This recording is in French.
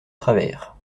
travers